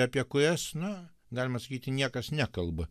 apie kurias na galima sakyti niekas nekalba